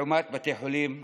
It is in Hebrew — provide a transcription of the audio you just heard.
לעומת בתי חולים אחרים,